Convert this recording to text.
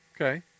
Okay